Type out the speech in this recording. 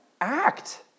act